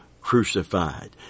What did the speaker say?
crucified